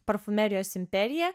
parfumerijos imperiją